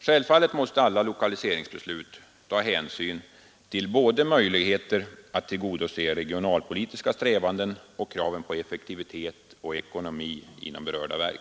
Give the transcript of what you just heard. Självfallet måste alla lokaliseringsbeslut ta hänsyn till både möjligheter att tillgodose regionalpolitiska strävanden och kraven på effektivitet och ekonomi inom berörda verk.